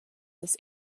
des